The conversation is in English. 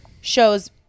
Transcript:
shows